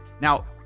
Now